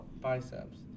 biceps